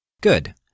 Good